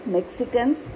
Mexicans